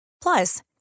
Plus